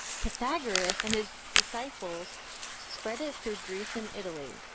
pythagoras and his disciples spread it through greece and italy.